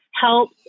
help